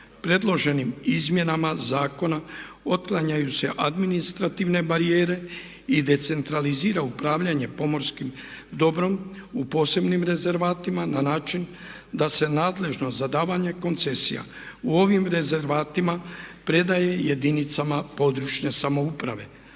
Predloženim izmjenama zakona otklanjaju se administrativne barijere i decentralizira upravljanje pomorskim dobrom u posebnim rezervatima na način da se nadležnost za davanje koncesija u ovim rezervatima predaje jedinicama područne samouprave.